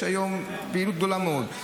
יש היום פעילות גדולה מאוד.